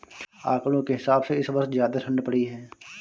आंकड़ों के हिसाब से इस वर्ष ज्यादा ठण्ड पड़ी है